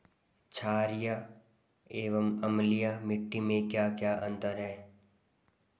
छारीय एवं अम्लीय मिट्टी में क्या क्या अंतर हैं?